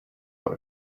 what